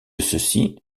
cecy